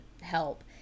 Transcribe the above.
help